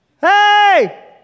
Hey